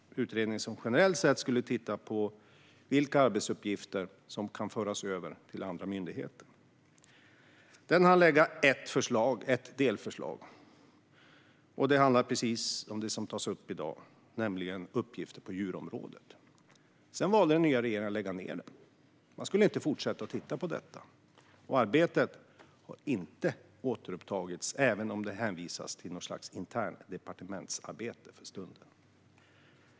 Utredningen skulle titta generellt på vilka arbetsuppgifter som kunde föras över till andra myndigheter. Den hann lägga fram ett delförslag, och det handlar om dagens ärende, uppgifter på djurområdet. Sedan valde den nya regeringen att lägga ned den. Man skulle inte fortsätta att titta på detta. Arbetet har inte heller återupptagits, även om det för stunden hänvisas till något slags internt departementsarbete.